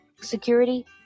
security